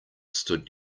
stood